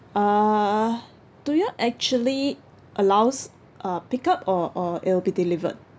uh do you all actually allows uh pick up or or it'll be delivered